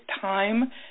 time